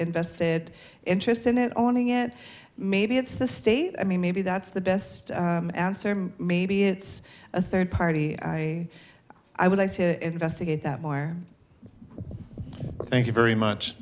invested interests in it owning it maybe it's the state i mean maybe that's the best answer maybe it's a third party i i would like to investigate that more thank you very much